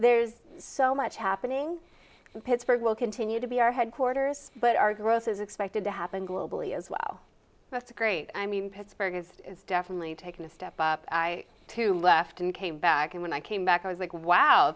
there's so much happening in pittsburgh will continue to be our headquarters but our growth is expected to happen globally as well that's a great i mean pittsburgh has definitely taken a step to left and came back and when i came back i was like wow